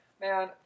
Man